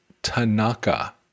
Tanaka